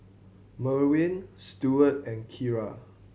Merwin Stewart and Kira